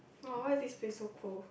!wah! why is this place so cold